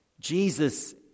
Jesus